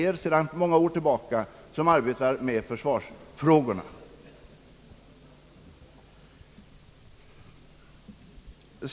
Vi har sedan många år tillbaka studiekommittéer som arbetar med försvarsfrågorna.